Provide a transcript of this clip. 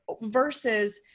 versus